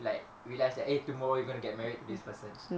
like realise eh tomorrow you gonna get married this person